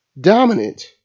Dominant